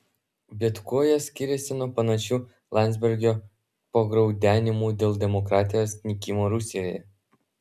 bet kuo jos skiriasi nuo panašių landsbergio pagraudenimų dėl demokratijos nykimo rusijoje